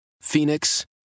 Phoenix